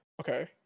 okay